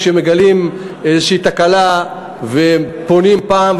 כשמגלים איזו תקלה ופונים פעם,